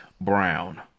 brown